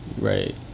Right